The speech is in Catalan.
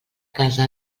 casa